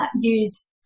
use